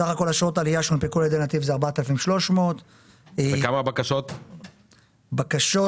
סה"כ אשרות עלייה שהונפקו ע"י נתיב זה 4,300. עכשיו,